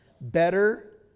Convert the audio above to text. better